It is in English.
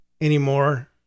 anymore